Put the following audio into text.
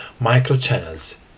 microchannels